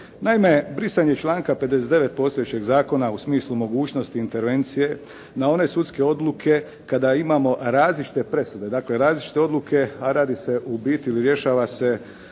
Naime, brisanje članka 59. postojećeg zakona u smislu mogućnosti intervencije na one sudske odluke kada imamo različite presude, dakle različite odluke, a radi se ubiti ili rješava se